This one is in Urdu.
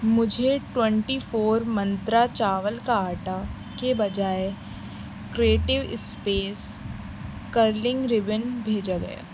مجھے ٹوئنٹی فور منترا چاول کا آٹا کے بجائے کریئٹو اسپیس کرلنگ ربن بھیجا گیا